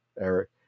Eric